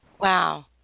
Wow